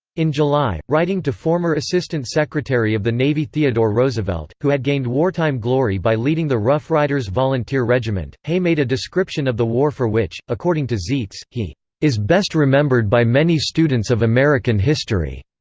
in july, writing to former assistant secretary of the navy theodore roosevelt, who had gained wartime glory by leading the rough riders volunteer regiment, hay made a description of the war for which, according to zeitz, he is best remembered by many students of american history